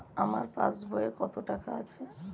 আমার পাস বইয়ে কত টাকা আছে?